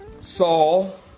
Saul